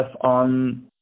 on